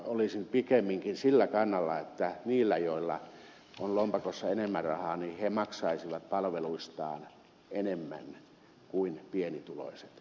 olisin pikemminkin sillä kannalla että ne joilla on lompakossa enemmän rahaa maksaisivat palveluistaan enemmän kuin pienituloiset